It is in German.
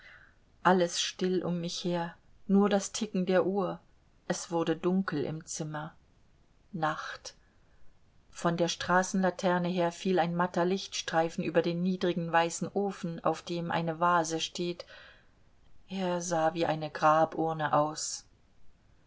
alles still um mich her nur das ticken der uhr es wurde dunkel im zimmer nacht von der straßenlaterne her fiel ein matter lichtstreifen über den niedrigen weißen ofen auf dem eine vase steht er sah wie eine graburne aus